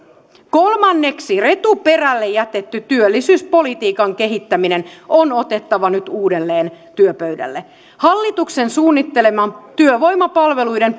kolmanneksi retuperälle jätetty työllisyyspolitiikan kehittäminen on otettava nyt uudelleen työpöydälle hallituksen suunnittelema työvoimapalveluiden